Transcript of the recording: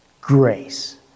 grace